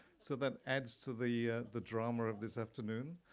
so that adds to the ah the drama of this afternoon.